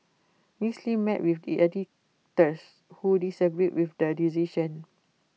miss Lim met with the editors who disagreed with the decision